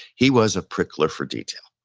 he was a prickler for detail.